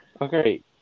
Okay